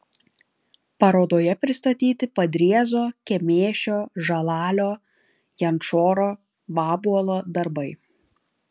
parodoje pristatyti padriezo kemėšio žalalio jančoro vabuolo darbai